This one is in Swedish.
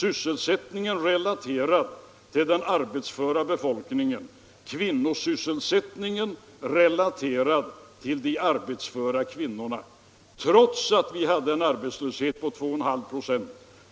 Sysselsättningen relaterad till den arbetsföra befolkningen — kvinnosysselsättningen relaterad till de arbetsföra kvinnorna. Trots att vi hade en arbetslöshet på 2,5